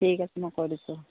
ঠিক আছে মই কৈ দিছোঁ